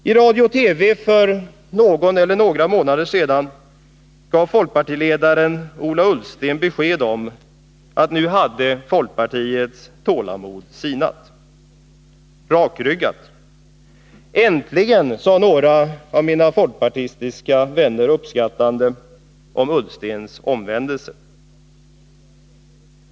I radio och TV gav folkpartiledaren Ola Ullsten för någon eller några månader sedan besked om att folkpartiets tålamod nu hade sinat. Rakryggat! Äntligen, sade några av mina folkpartistiska vänner uppskattande om herr Ullstens omvändelse.